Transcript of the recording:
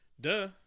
Duh